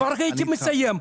כבר הייתי מסיים.